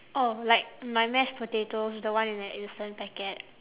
oh like my mashed potatoes the one in the instant packet